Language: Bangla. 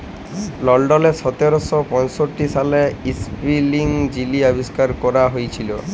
লল্ডলে সতের শ পঁয়ষট্টি সালে ইস্পিলিং যিলি আবিষ্কার ক্যরা হঁইয়েছিল